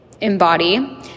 embody